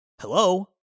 Hello